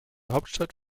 hauptstadt